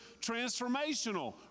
transformational